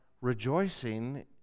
rejoicing